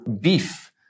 beef